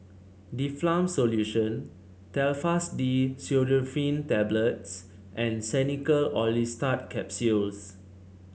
Difflam Solution Telfast D Pseudoephrine Tablets and Xenical Orlistat Capsules